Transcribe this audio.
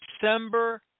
December